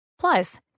Plus